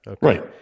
Right